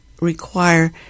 require